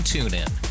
TuneIn